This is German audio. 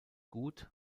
gut